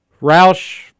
Roush